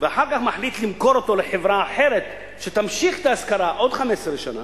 ואחר כך מחליט למכור אותו לחברה אחרת שתמשיך את ההשכרה עוד 15 שנה,